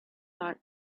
thought